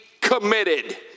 committed